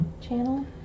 Channel